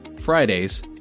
Fridays